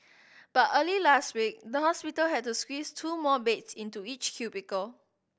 but early last week the hospital had to squeeze two more beds into each cubicle